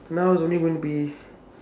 now it's only going to be